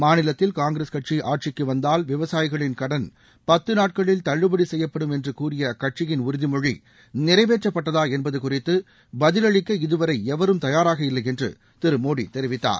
மாநிலத்தில் காங்கிரஸ் கட்சி ஆட்சிக்கு வந்தால் விவசாயிகளின் கடன் பத்து நாட்களில் தள்ளுபடி செய்யப்படும் என்று கூறிய அக்கட்சியின் உறுதிமொழி நிறைவேற்றப்பட்டதா என்பது குறித்து பதில் அளிக்க இதுவரை எவரும் தயாராக இல்லை என்று திரு மோடி தெரிவித்தார்